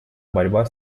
борьба